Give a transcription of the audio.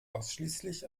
ausschließlich